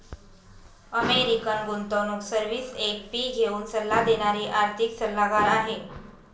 American गुंतवणूक service एक fee घेऊन सल्ला देणारी आर्थिक सल्लागार आहे